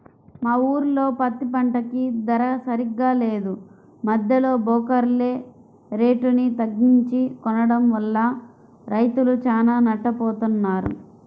మా ఊర్లో పత్తి పంటకి ధర సరిగ్గా లేదు, మద్దెలో బోకర్లే రేటుని తగ్గించి కొనడం వల్ల రైతులు చానా నట్టపోతన్నారు